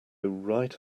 right